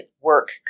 work